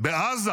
בעזה